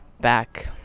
back